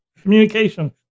Communication